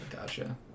Gotcha